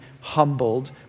humbled